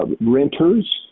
renters